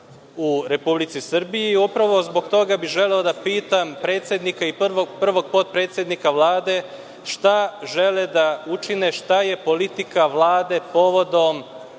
u Republici Srbiji i upravo zbog toga bih želeo da pitam predsednika i prvog potpredsednika Vlade šta žele da učine, šta je politika Vlade povodom